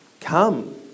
Come